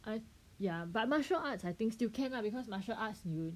I ya but martial arts I think still can lah because martial arts you